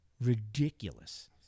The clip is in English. Ridiculous